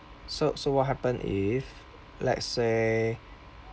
so so what happen if let's say